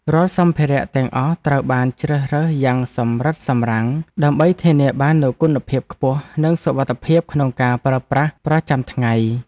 រាល់សម្ភារៈទាំងអស់ត្រូវបានជ្រើសរើសយ៉ាងសម្រិតសម្រាំងដើម្បីធានាបាននូវគុណភាពខ្ពស់និងសុវត្ថិភាពក្នុងការប្រើប្រាស់ប្រចាំថ្ងៃ។